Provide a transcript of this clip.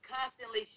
constantly